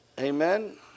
amen